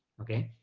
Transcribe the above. okay?